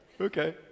Okay